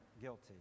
guilty